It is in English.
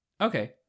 okay